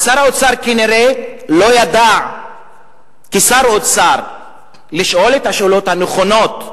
אז שר האוצר כנראה לא ידע כשר אוצר לשאול את השאלות הנכונות,